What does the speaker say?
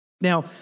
Now